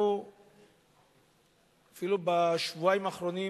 אפילו בשבועיים האחרונים